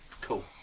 cool